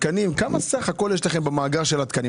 כמה סך הכול יש לכם במאגר התקנים?